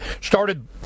started